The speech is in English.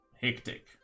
hectic